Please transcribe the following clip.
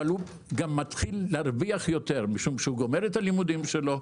אבל הוא גם מתחיל להרוויח יותר משום שהוא מסיים את הלימודים שלו,